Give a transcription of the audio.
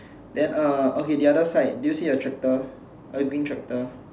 then uh okay the other side do you see a tractor a green tractor